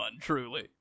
truly